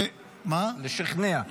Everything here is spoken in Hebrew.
לשכנע,